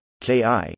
KI